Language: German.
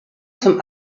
zum